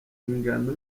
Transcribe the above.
ingano